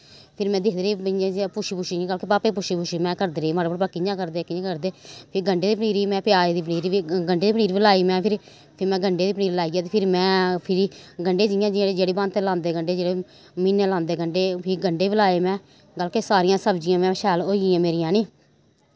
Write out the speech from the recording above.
फिर में दिखदी रेही भई इ'यां जे पुच्छी पुच्छी बल्के पाप्पे गी पुच्छी पुच्छी में करदी रेही माड़ा मुट्टा भई कि'यां करदे कि'यां करदे फ्ही गंढें दी पनीरी में प्याज दी पनीरी भी गंढें दी पनीरी बी लाई में फिरी फ्ही में गंढें दी पनीरी लाइयै ते फिरी में फिरी गंढें जि'यां जि'यां जेह्ड़ी जेह्ड़ी बांत पर लांदे गंढे जेह्ड़े म्हीने लांदे गंढे फ्ही गंढे बी लाए में बल्के सारियां सब्जियां में होई गेइया मेरियां हैनी